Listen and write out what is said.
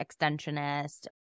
extensionist